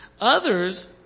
Others